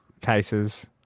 cases